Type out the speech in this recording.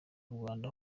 rwanda